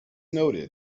noted